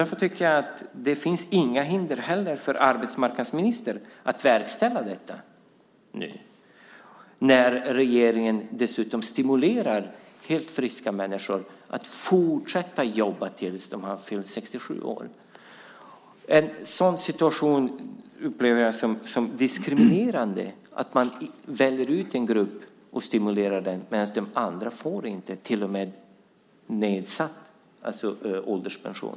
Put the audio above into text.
Därför tycker jag inte att det finns några hinder för arbetsmarknadsministern att verkställa detta nu, när regeringen dessutom stimulerar helt friska människor att fortsätta jobba tills de har fyllt 67 år. Jag upplever det som diskriminerande att man väljer ut en grupp som man stimulerar medan andra inte får fortsätta ens om de får nedsatt ålderspension.